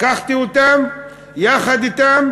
לקחתי אותם, ויחד אתם,